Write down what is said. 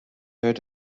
hört